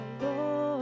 Lord